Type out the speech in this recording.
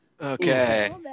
Okay